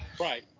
Right